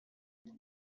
their